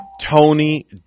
Tony